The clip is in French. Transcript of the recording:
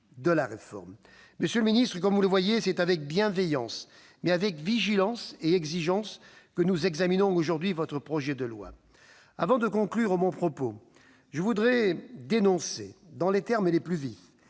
de la réforme. Monsieur le ministre, comme vous le voyez, c'est avec bienveillance, mais aussi vigilance et exigence que nous examinons aujourd'hui votre projet de loi. Avant de conclure mon propos, je voudrais dénoncer, dans les termes les plus vifs,